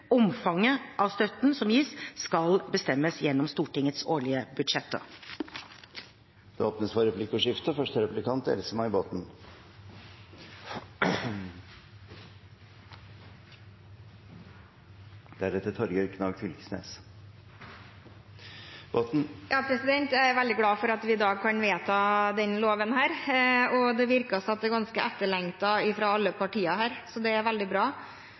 Omfanget av støtten som gis, skal bestemmes gjennom Stortingets årlige budsjetter. Det blir replikkordskifte. Jeg er veldig glad for at vi i dag kan vedta denne loven, og det virker som den er etterlengtet av alle partier her. Det er veldig bra.